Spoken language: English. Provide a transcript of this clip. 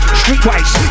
streetwise